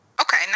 okay